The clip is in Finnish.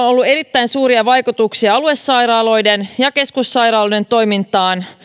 on ollut erittäin suuria vaikutuksia aluesairaaloiden ja keskussairaaloiden toimintaan